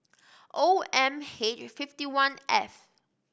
O M H fifty one F